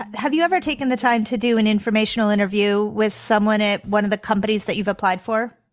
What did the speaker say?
ah have you ever taken the time to do an informational interview with someone at one of the companies that you've applied for?